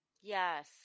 Yes